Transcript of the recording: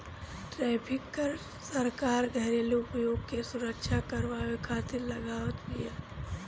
tariff कर सरकार घरेलू उद्योग के सुरक्षा करवावे खातिर लगावत बिया